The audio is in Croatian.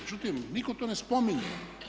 Međutim, nitko to ne spominje.